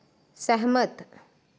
सैह्मत